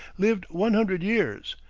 lived one hundred years,